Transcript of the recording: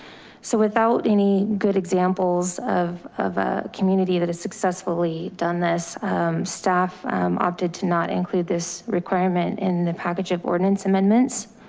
so without any good examples of of a community that has successfully done this staff opted to not include this requirement in the package of ordinance amendments,